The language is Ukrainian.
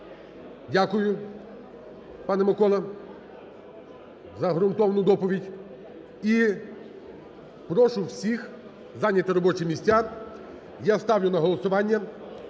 Дякую, пане Миколо, за ґрунтовну доповідь. І прошу всіх зайняти робочі місця. Я ставлю на голосування